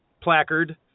placard